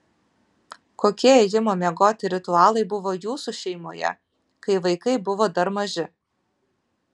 kokie ėjimo miegoti ritualai buvo jūsų šeimoje kai vaikai buvo dar maži